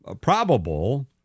probable